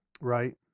Right